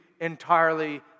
entirely